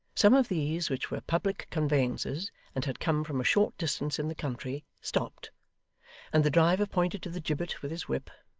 some of these which were public conveyances and had come from a short distance in the country, stopped and the driver pointed to the gibbet with his whip,